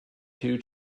two